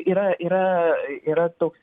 yra yra yra toks